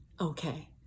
okay